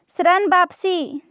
ऋण वापसी?